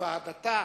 בוועדתה